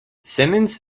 simmons